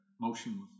motionless